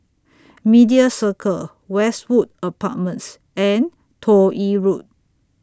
Media Circle Westwood Apartments and Toh Yi Road